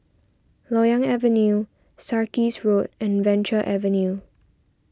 Loyang Avenue Sarkies Road and Venture Avenue